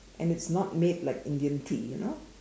and it's not made like Indian tea you know